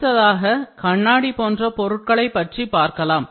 அடுத்ததாக கண்ணாடி பொருட்களை பற்றி பார்க்கலாம்